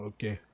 Okay